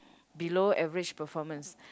below average performance